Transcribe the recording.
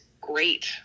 great